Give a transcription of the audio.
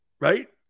Right